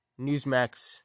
Newsmax